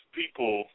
people